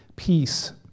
Peace